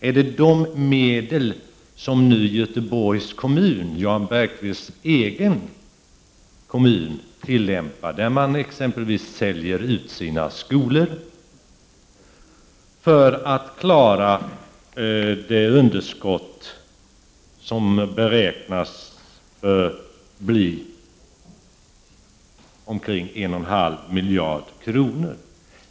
Är det de medel som nu Göteborgs kommun — Jan Bergqvists egen kommun — tillämpar? Dessa medel består i att kommunen t.ex. säljer ut sina skolor för att klara det underskott som beräknas bli omkring 1,5 miljarder kronor.